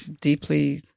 deeply